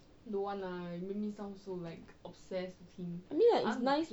I mean like it's nice